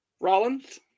Rollins